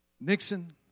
Nixon